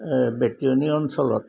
বেটিয়নী অঞ্চলত